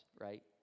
right